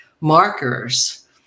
markers